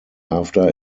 after